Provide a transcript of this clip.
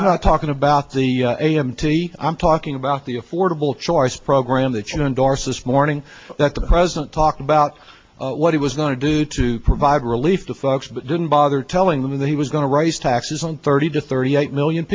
i'm not talking about the a m t i'm talking about the affordable choice program that you endorse this morning that the president talked about what he was going to do to provide relief to folks but didn't bother telling them that he was going to raise taxes on thirty to thirty eight million